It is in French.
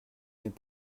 n’est